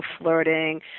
flirting